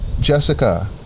Jessica